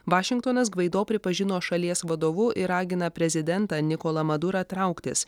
vašingtonas gvaido pripažino šalies vadovu ir ragina prezidentą nikolą madurą trauktis